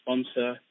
sponsor